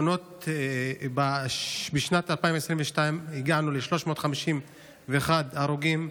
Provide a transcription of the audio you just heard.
בשנת 2022 הגענו ל-351 הרוגים בתאונות,